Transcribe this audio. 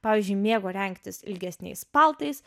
pavyzdžiui mėgo rengtis ilgesniais paltais